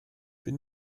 bin